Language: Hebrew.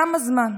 תם הזמן,